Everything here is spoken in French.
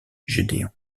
gédéon